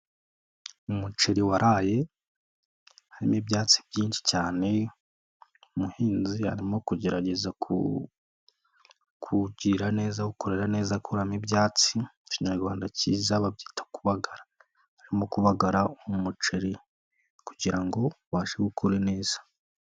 Umuceri waraye, harimo ibyatsi byinshi cyane, umuhinzi arimo kugerageza kuwugirira neza, awukorera neza, awukuramo ibyatsi, mu kinyarwanda cyiza babyita kubagara, arimo kubagara umuceri kugira ngo ubashe gukora neza.